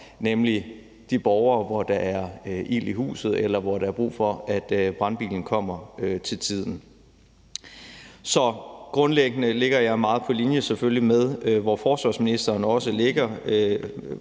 nemlig de borgere, hos hvem der er ild i huset, eller hvor der er brug for, at brandbilen kommer til tiden. Så grundlæggende ligger jeg selvfølgelig meget på linje med forsvarsministeren, og jeg